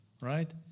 Right